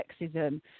sexism